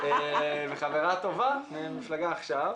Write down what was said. אחרת, חברה טובה ממפלגה עכשיו.